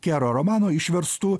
kero romanų išverstų